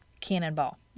cannonball